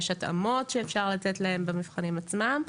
יש התאמות שאפשר לתת להם במבחנים עצמם.